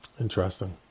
Interesting